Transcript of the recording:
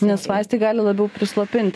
nes vaistai gali labiau prislopint